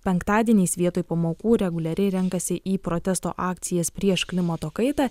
penktadieniais vietoj pamokų reguliariai renkasi į protesto akcijas prieš klimato kaitą